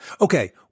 Okay